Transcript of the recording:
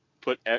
put